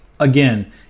Again